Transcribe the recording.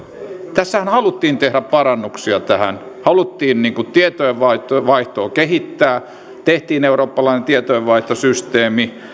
tässähän haluttiin tehdä parannuksia tähän haluttiin tietojen vaihtoa vaihtoa kehittää tehtiin eurooppalainen tietojenvaihtosysteemi